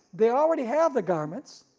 they already have the garments,